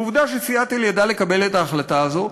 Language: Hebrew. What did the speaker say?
ועובדה שסיאטל ידעה לקבל את ההחלטה הזו.